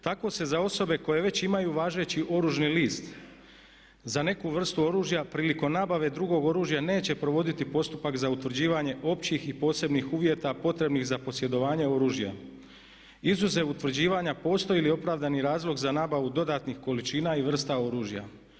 Tako se za osobe koje već imaju važeći oružni list za neku vrstu oružja prilikom nabave drugog oružja neće provoditi postupak za utvrđivanje općih i posebnih uvjeta potrebnih za posjedovanje oružja izuzev utvrđivanja postoji li opravdani razlog za nabavu dodatnih količina i vrsta oružja.